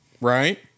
right